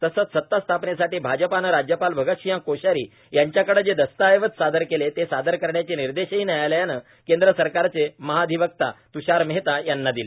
तसंच सतास्थापनेसाठी भाजपानं राज्यपाल अगतसिंह कोश्यारी यांच्याकडे जे दस्तावेज सादर केले ते सादर करण्याचे निर्देशही न्यायालयानं केंद्र सरकारचे महाधिवक्ता तुषार मेहता यांना दिले